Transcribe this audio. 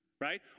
right